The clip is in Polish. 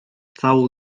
całą